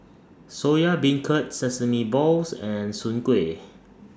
Soya Beancurd Sesame Balls and Soon Kuih